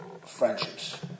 friendships